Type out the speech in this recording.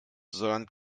sondern